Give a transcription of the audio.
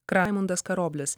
kraimundas karoblis